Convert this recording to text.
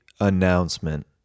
announcement